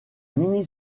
mini